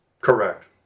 Correct